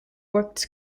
worked